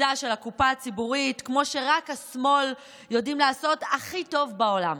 ובזיזה של הקופה הציבורית כמו שרק השמאל יודע לעשות הכי טוב בעולם.